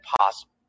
possible